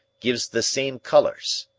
gives the same colours.